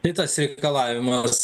kitas reikalavimas